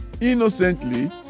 innocently